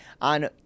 on